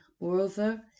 moreover